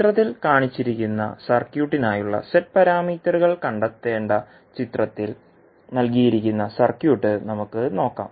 ചിത്രത്തിൽ കാണിച്ചിരിക്കുന്ന സർക്യൂട്ടിനായുള്ള z പാരാമീറ്ററുകൾ കണ്ടെത്തേണ്ട ചിത്രത്തിൽ നൽകിയിരിക്കുന്ന സർക്യൂട്ട് നമുക്ക് നോക്കാം